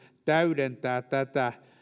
täydentää tätä